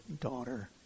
daughter